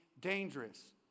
dangerous